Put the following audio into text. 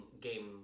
game